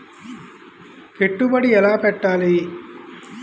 పెట్టుబడి ఎలా పెట్టాలి?